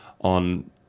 on